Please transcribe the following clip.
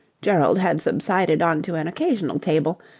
gerald had subsided on to an occasional table,